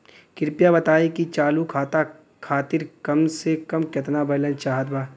कृपया बताई कि चालू खाता खातिर कम से कम केतना बैलैंस चाहत बा